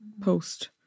post